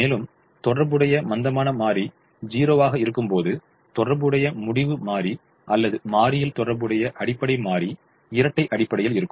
மேலும் தொடர்புடைய மந்தமான மாறி 0 ஆக இருக்கும்போது தொடர்புடைய முடிவு மாறி அல்லது மாறியில் தொடர்புடைய அடிப்படை மாறி இரட்டை அடிப்படையில் இருக்கும்